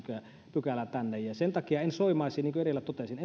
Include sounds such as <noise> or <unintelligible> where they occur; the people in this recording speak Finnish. pykälää tänne ja sen takia en soimaisi niin kuin edellä totesin <unintelligible>